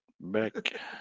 back